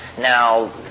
Now